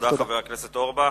תודה לחבר הכנסת אורי אורבך.